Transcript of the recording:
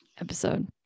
episode